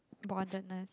boundedness